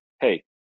hey